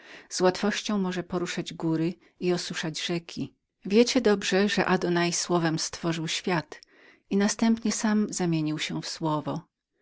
z łatwością może poruszać góry i osuszać rzeki wiecie dobrze że adunai jednem słowem stworzył świat i następnie sam zamienił się w słowo